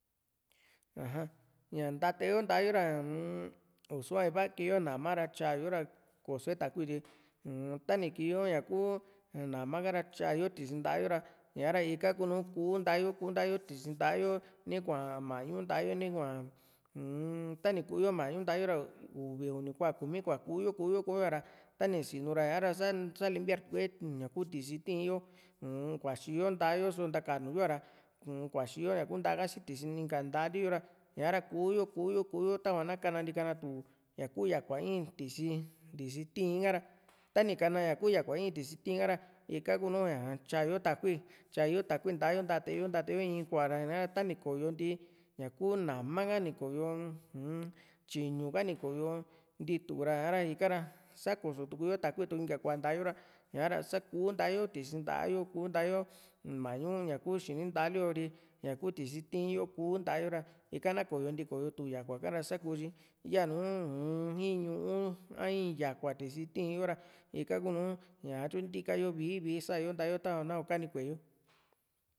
aja ña ntateyo nta´a yo ra ñaa-m ii´sua iva kii yo nama ra tyayo ra koso yo takui tyi uu-m tani kiiyo ñaku nama ka´ra tyayo tisi nta´a yo ra ña´ra ika ku nùù qkunta´yo kunta´yo ni kúaa mañu ntaayo ni kuaa uu-m tani kuu yo mañu nta´a yo ra uvi uni kumi kua´a kuyo kyo ra tani sinu ra ña´ra sa sa limpiar tukue ña´kuu tisi tíin yo uu-m kuaxi yo nta´a yo só ntakanu yo´a ra kuaxi yo ñaku nta´a yo só ntakanu yo´a ra kuaxi yo ñaku nta´a si tisi inka ntali yo ra ña´ra kuu´yo kuu´yo kuu´yo tava ná kana nti kanatu ñakuu yakua in tisi tisi tiínn ka ra tani ka´na ña kuu yakua in tisi tiín ka ra ika kunu tyayo takui tyayo takui nta´a yo tante´yo tante´yo in kuaa ra tani koyonti ñakuu naña ka ni koyo u-m tyiñu ka ni koyo ntiitura ha´ra ika sa kusutuu´yo takui inka kua nta´a yo ra ña´ra sa kuu nta´a yo tisi nta´a yo kuu nta´a yo mañu ñá ku xini ntaá li´o ri ñaku tisi tiín yo kuu nta´a yo ra ika na koyo ntii koyo tu yakua ka ra saku yanuu uu-n in ñuu a in yákua tisi tiín yo ra ika kuu nùù ña ntiika yo vii vii sa´yo si nta´a yo tava na ii´kani ku´e yo